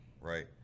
right